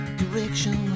direction